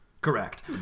Correct